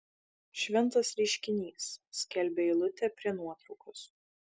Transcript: šventas reiškinys skelbia eilutė prie nuotraukos